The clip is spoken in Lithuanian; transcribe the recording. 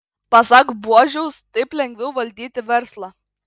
pasak buožiaus taip lengviau valdyti verslą